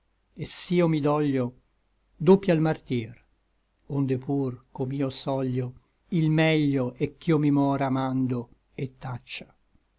et s'io mi doglio doppia l martir onde pur com'io soglio il meglio è ch'io mi mora amando et taccia